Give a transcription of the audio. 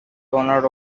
honored